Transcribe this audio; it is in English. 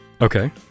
Okay